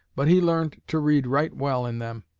but he learned to read right well in them.